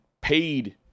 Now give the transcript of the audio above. paid